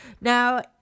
Now